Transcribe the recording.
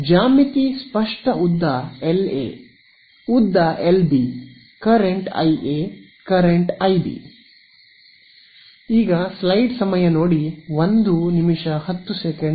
ಜ್ಯಾಮಿತಿ ಸ್ಪಷ್ಟ ಉದ್ದ LA ಉದ್ದ LB current IA current IB